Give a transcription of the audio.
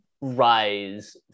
rise